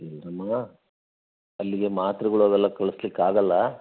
ಇಲ್ಲ ನಮ್ಗೆ ಅಲ್ಲಿಗೆ ಮಾತ್ರೆಗಳು ಅವೆಲ್ಲ ಕಳಸ್ಲಿಕ್ಕೆ ಆಗೋಲ್ಲ